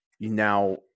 now